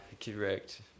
correct